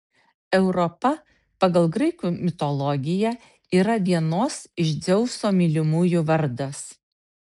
europa pagal graikų mitologiją yra vienos iš dzeuso mylimųjų vardas